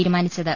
തീരുമാനിച്ചത്